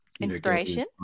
inspiration